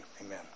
Amen